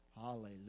Hallelujah